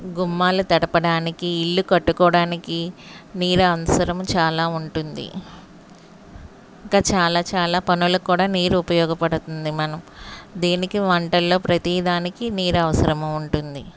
గుమ్మాలు తడపడానికి ఇల్లు కట్టుకోవడానికి నీరు అవసరము చాలా ఉంటుంది ఇంకా చాలా చాలా పనులకు కూడా నీరు ఉపయోగపడుతుంది మనం దీనికి వంటలలో ప్రతి దానికి నీరు అవసరము ఉంటుంది